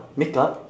makeup